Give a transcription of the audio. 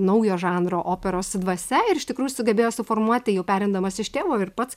naujo žanro operos dvasia ir iš tikrųjų sugebėjo suformuoti jau perimdamas iš tėvo ir pats